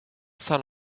saint